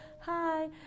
Hi